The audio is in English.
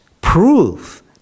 proof